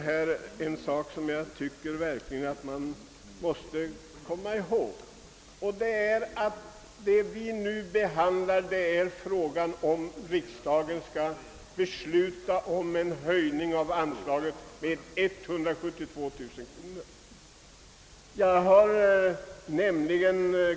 Vi bör verkligen komma ihåg att vad vi nu behandlar är frågan om huruvida riksdagen skall besluta om en höjning av anslagen med 172 000 kronor.